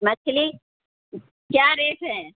مچھلی کیا ریٹ ہے